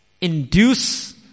induce